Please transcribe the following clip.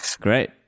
great